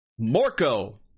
morco